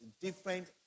different